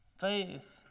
faith